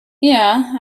yeah